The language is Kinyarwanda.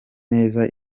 neza